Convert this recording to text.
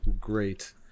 Great